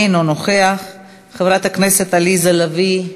אינו נוכח, חברת הכנסת עליזה לביא,